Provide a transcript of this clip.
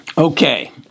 Okay